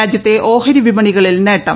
രാജ്യത്തെ ഓഹരി വിപണികളിൽ നേട്ടം